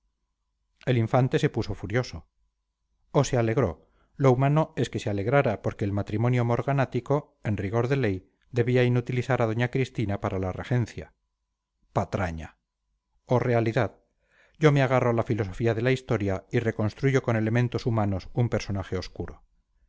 el infante se puso furioso o se alegró lo humano es que se alegrara porque el matrimonio morganático en rigor de ley debía inutilizar a doña cristina para la regencia patraña o realidad yo me agarro a la filosofía de la historia y reconstruyo con elementos humanos un personaje obscuro